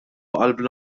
qalbna